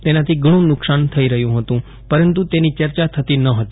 તેનાથી ઘણું નુકસાન થઈ રહ્યું હતું પરંતુ તેની ચર્ચા થતી ન હતી